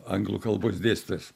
anglų kalbos dėstytojas